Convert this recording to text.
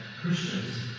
Christians